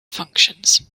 functions